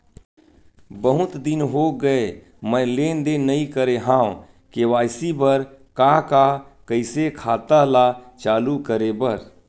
बहुत दिन हो गए मैं लेनदेन नई करे हाव के.वाई.सी बर का का कइसे खाता ला चालू करेबर?